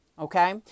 Okay